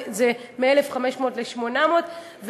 מ-1,500 ל-800 ש"ח,